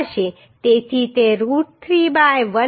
તેથી તે root 3 by 1